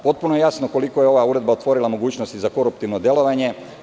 Potpuno je jasno koliko je ova uredba otvorila mogućnosti za koruptivno delovanje.